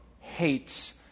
hates